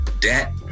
debt